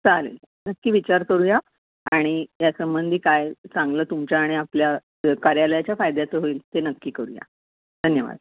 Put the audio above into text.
चालेल नक्की विचार करूया आणि या संंबंधी काय चांगलं तुमच्या आणि आपल्या कार्यालयाच्या फायद्याचं होईल ते नक्की करूया धन्यवाद